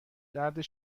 درد